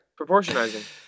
Proportionizing